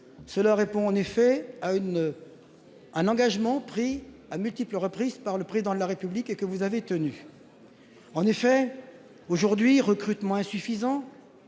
Cela répond en effet à une. Un engagement pris à multiples reprises par le président de la République et que vous avez tenu. En effet aujourd'hui recrutement insuffisant.